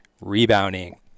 Rebounding